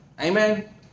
Amen